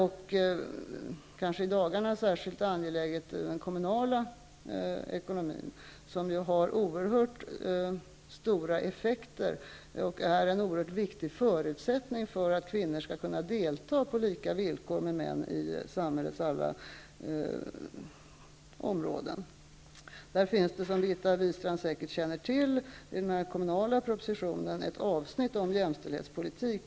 I dessa dagar är kanske den kommunala ekonomin särskilt viktig. Där blir det oerhört stora effekter, och det rör sig om en oerhört viktig förutsättning för att kvinnor på alla samhällsområden skall kunna delta på samma villkor som män. Som Birgitta Wistrand säkert känner till finns det i den kommunala propositionen ett avsnitt om jämställdhetspolitik.